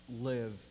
live